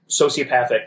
sociopathic